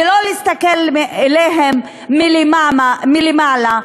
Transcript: ולא להסתכל עליהם מלמעלה,